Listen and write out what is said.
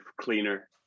cleaner